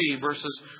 verses